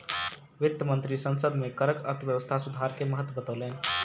वित्त मंत्री संसद में करक अर्थव्यवस्था सुधार के महत्त्व बतौलैन